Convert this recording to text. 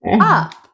up